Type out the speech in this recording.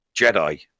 Jedi